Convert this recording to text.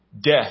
death